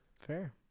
Fair